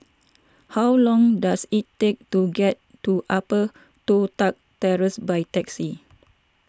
how long does it take to get to Upper Toh Tuck Terrace by taxi